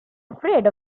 afraid